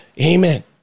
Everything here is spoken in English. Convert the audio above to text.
Amen